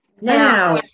Now